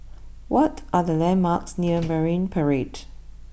what are the landmarks near Marine Parade